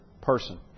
person